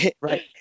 right